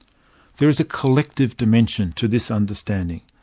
there is a collective dimension to this understanding.